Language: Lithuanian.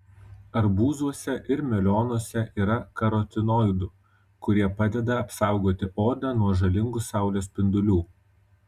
arbūzuose ir melionuose yra karotinoidų kurie padeda apsaugoti odą nuo žalingų saulės spindulių